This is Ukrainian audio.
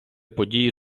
події